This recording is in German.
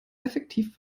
effektiv